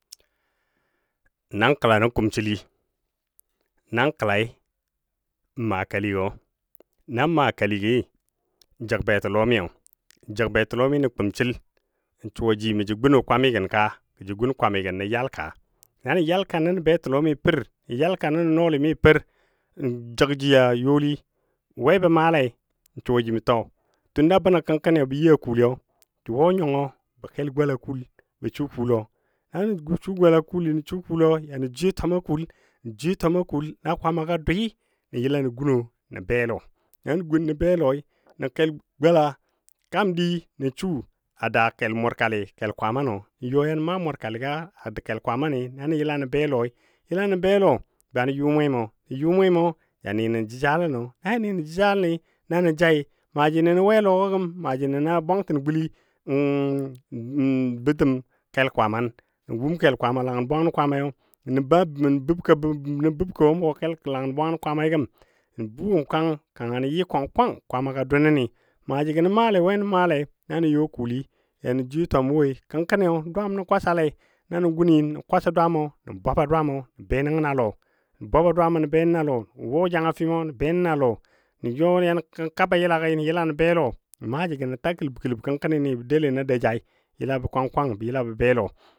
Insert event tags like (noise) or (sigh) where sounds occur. Nan kəla nən kusili nan kəlai n maa kəligɔ nan maa kəligi n jəg betəlɔmiyo jəg betəlo mi nə kumsil n suwaji mə jə gunɔ kwamigən ka gə jə gun kwami gən nə yalka, na nə yalka nəbɔ betə lɔmi per, nə yalka nəbɔ nɔɔli per jəgji a youli we bə maalai n suwa ji mə to tunda bənɔ kəngkəni bə yi a kuuli jə wo nyɔngɔ bə kel gola kuul bə su kuulo na nə su gola kuli nə su kulo yɔ nə jwiye twamɔ kuul na kwaamaga doui nə yəla nə gunɔ nə be lɔ, nə gun nə be lɔi kandi nə su a daa mʊrkali kel Kwaamnɔ nə yɔ ya nə maa mʊrkali gɔ a kan Kwaamani na nə yəla nə be lɔi, banə yu mwemo ne yu mwemi ja nə nən jəjalənɔ, naja nənən jə jaləno nə jai maaji nnəno we a lɔgɔ gəm maaji nəna bwangtən guli (hesitation) bətən kel Kwaaman, nə wum kel Kwaaman langən bwangən kwaamai nə (hesitation) bəbkɔ a langan bwangən kwaamai gəm nə bu gəm kang kanga nə yɨ kwang kwang kwaama dou nəni maajigɔ nə maalei we nanə yo kuuli yɔ nə jwiye twamo woi kənkəni dwaam nə kwasa lei nanə guni nə bwaba dwaamo nə benən a lɔ nə wo jangafemɔ nə benən a lɔ nə yɔ yanə kaba yilagi nə be lɔ maajigɔ nən ta kələb kələb kənkəni bə doule na dou jai yəla bə kwang kwan yəla bə be lɔ.